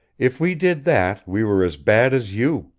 if we did that, we were as bad as you.